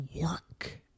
work